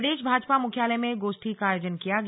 प्रदेश भाजपा मुख्यालय में गोष्ठी का आयोजन किया गया